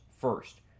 First